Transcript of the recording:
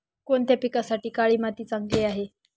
कोणत्या पिकासाठी काळी माती चांगली आहे?